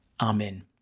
Amen